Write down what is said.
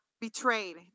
betrayed